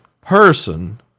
person